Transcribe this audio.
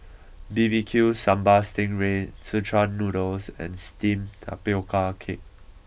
B B Q Sambal Sting Ray Szechuan Noodle and Steamed Tapioca Cake